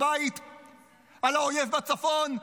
והיום דור הניצחון כבר לא מוכן לקנות את האשליה של כניעה היום,